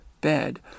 bed